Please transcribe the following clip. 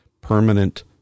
permanent